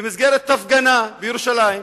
במסגרת הפגנה בירושלים,